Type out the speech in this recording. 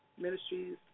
ministries